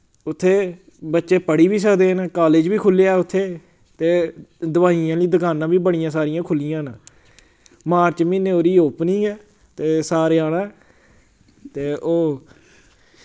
उत्थें बच्चे पढ़ी बी सकदे न कालेज बी खु'ल्लेआ उत्थें ते दोआइयें आह्ली दुकानां बी बड़ियां सारियां खुल्लियां न मार्च म्हीने ओह्दी ओपनिंग ऐ ते सारे आना ते ओह्